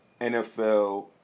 NFL